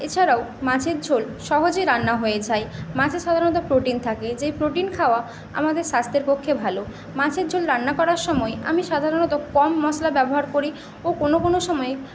এছাড়াও মাছের ঝোল সহজে রান্না হয়ে যায় মাছে সাধারণত প্রোটিন থাকে যে প্রোটিন খাওয়া আমাদের স্বাস্থ্যের পক্ষে ভালো মাছের ঝোল রান্না করার সময় আমি সাধারণত কম মশলা ব্যবহার করি ও কোনো কোনো সময়